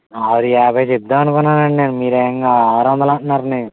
ఆరు యాభై చెప్దామని అనుకున్నానండి మీరు ఏకంగా ఆరు వందలు అంటున్నారండి